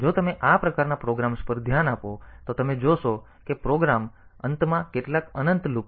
તેથી જો તમે આ પ્રકારના પ્રોગ્રામ્સ પર ધ્યાન આપો તો તમે જોશો કે પ્રોગ્રામ અંતમાં કેટલાક અનંત લૂપ પર પાછા ફરે છે અને તે રીતે તે ચાલુ રહે છે